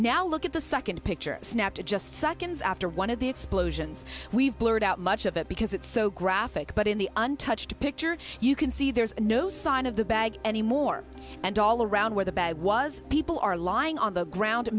now look at the second picture snapped it just seconds after one of the explosions we've blurred out much of it because it's so graphic but in the untouched picture you can see there's no sign of the bag anymore and all around where the bag was people are lying on the ground man